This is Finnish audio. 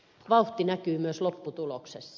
vauhti näkyy myös lopputuloksessa